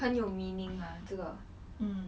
很有 meaning lah 这个